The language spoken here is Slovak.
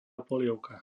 polievka